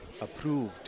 approved